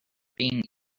being